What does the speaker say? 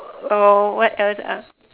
or what else ah